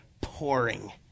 pouring